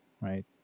right